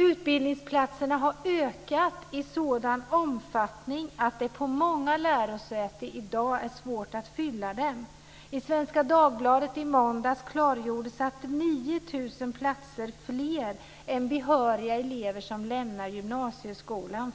Utbildningsplatserna har ökat i sådan omfattning att det på många lärosäten i dag är svårt att fylla platserna. I Svenska Dagbladet i måndags klargjordes att det finns 9 000 fler platser än behöriga elever som lämnar gymnasieskolan.